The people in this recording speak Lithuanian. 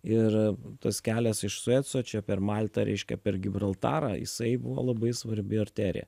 ir tas kelias iš sueco čia per maltą reiškia per gibraltarą jisai buvo labai svarbi arterija